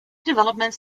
developments